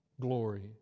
glory